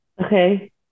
Okay